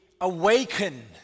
awaken